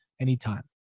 anytime